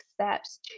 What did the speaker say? steps